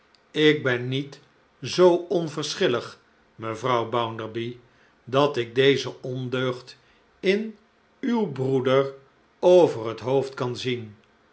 ik ben niet zoo onverschillig mevrouw bounderby dat ik deze ondeugd in uw broeder over het hoofd kan zien